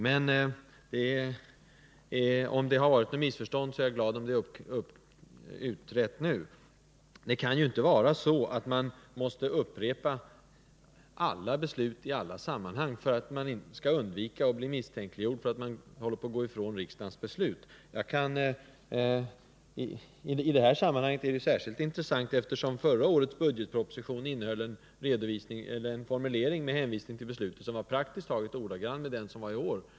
Men om det har varit något missförstånd är jag glad att det är utrett nu. Det kan inte vara så, att man måste upprepa alla beslut i alla sammanhang, för att undvika att bli beskylld för att gå ifrån riksdagens beslut. I detta sammanhang är det särskilt förvånande, eftersom förra årets budgetproposition innehöll en formulering, med hänvisning till beslutet, som överensstämde praktiskt taget ordagrant med den i år.